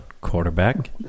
Quarterback